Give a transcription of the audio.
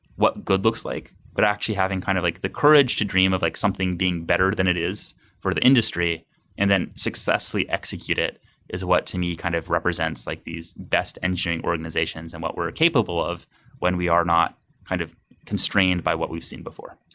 what good looks like? but actually having kind of like the courage to dream of like something being better than it is for the industry and then successfully execute it is what to me kind of represents like these best engineering organizations and what we're capable of when we are not kind of constrained by what we've seen before.